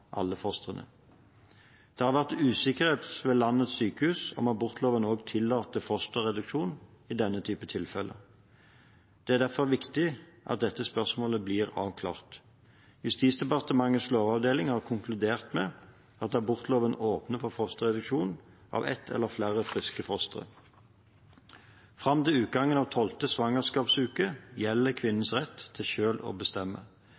alle fostrene. Det har vært usikkerhet ved landets sykehus om abortloven også tillater fosterreduksjon i denne type tilfeller. Det er derfor viktig at dette spørsmålet blir avklart. Justisdepartementets lovavdeling har konkludert med at abortloven åpner opp for fosterreduksjon av ett eller flere friske fostre. Fram til utgangen av tolvte svangerskapsuke gjelder kvinnens rett til selv å bestemme.